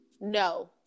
No